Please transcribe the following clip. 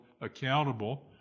accountable